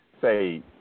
say